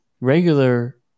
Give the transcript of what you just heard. regular